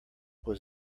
was